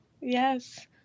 yes